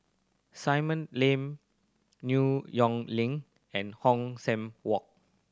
Simei Lane New Yong Link and Hong San Walk